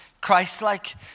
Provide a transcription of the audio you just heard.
Christ-like